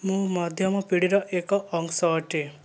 ମୁଁ ମଧ୍ୟମ ପିଢ଼ିର ଏକ ଅଂଶ ଅଟେ